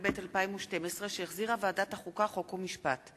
התשע"ב 2012, שהחזירה ועדת החוקה, חוק ומשפט,